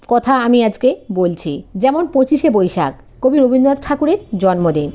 কথা আমি আজকে বলছি যেমন পঁচিশে বৈশাখ কবি রবীন্দ্রনাথ ঠাকুরের জন্মদিন